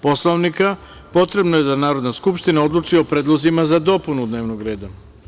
Poslovnika potrebno je da Narodna skupština odluči o predlozima za dopunu dnevnog reda.